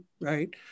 right